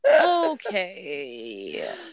Okay